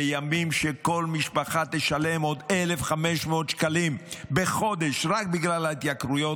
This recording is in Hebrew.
בימים שכל משפחה תשלם עוד 1,500 שקלים בחודש רק בגלל ההתייקרויות,